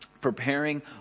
preparing